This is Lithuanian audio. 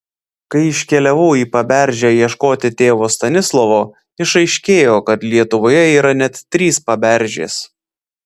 kai iškeliavau į paberžę ieškoti tėvo stanislovo išaiškėjo kad lietuvoje yra net trys paberžės